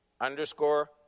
Underscore